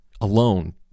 alone